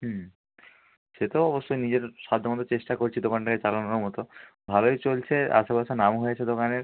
হুম সে তো অবশ্যই নিজেদের সাধ্যমতো চেষ্টা করছি দোকানটাকে চালানোর মতো ভালোই চলছে আশেপাশের নামও হয়েছে দোকানের